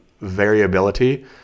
variability